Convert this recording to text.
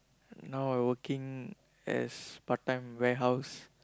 now I working as part-time warehouse